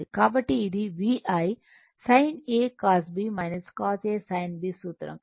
కాబట్టి ఇది VI సూత్రం